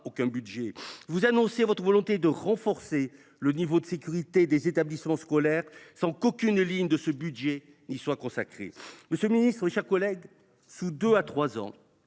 à cette fin. Vous annoncez votre volonté de renforcer le niveau de sécurité des établissements scolaires, sans qu’aucune ligne de ce budget y soit consacrée. Monsieur le ministre, mes chers collègues, sous deux à trois ans,